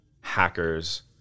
hackers